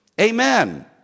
Amen